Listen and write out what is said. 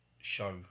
show